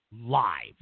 live